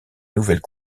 nouvelles